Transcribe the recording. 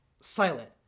silent